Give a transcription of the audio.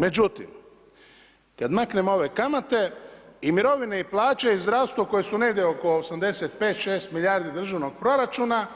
Međutim, kada maknemo ove kamate, i mirovine, i plaće i zdravstvo koje su negdje oko 85, 86 milijardi državnog proračuna